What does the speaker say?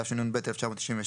התשנ"ב-1992,